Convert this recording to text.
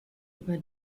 über